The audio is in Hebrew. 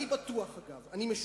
אני בטוח, אגב, אני משוכנע,